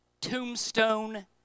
tombstone